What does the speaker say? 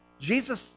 Jesus